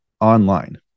online